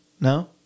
No